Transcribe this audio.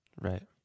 Right